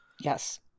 Yes